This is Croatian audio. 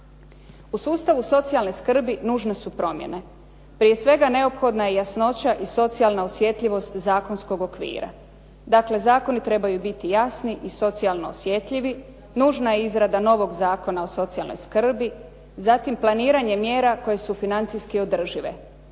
U sustavu socijalne skrbi nužne su promjene. Prije svega neophodna je jasnoća i socijalna osjetljivost zakonskog okvira. Dakle, zakoni trebaju biti jasni i socijalno osjetljivi, nužna je izrada novog Zakona o socijalnoj skrbi, zatim planiranje mjera koje su financijski održive.